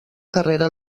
carrera